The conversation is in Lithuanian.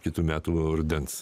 kitų metų rudens